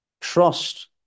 trust